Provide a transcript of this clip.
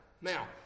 Now